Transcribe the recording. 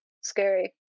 Scary